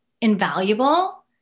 invaluable